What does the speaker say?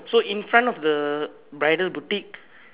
so in front of the bridal boutique